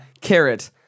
carrot